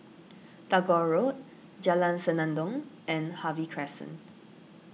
Tagore Road Jalan Senandong and Harvey Crescent